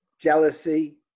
jealousy